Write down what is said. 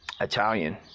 italian